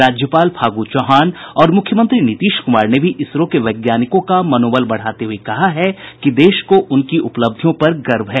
राज्यपाल फागू चौहान और मुख्यमंत्री नीतीश कुमार ने भी इसरो के वैज्ञानिकों का मनोबल बढ़ाते हुए कहा है कि देश को उनकी उपलब्धियों पर गर्व है